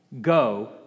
go